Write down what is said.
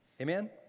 Amen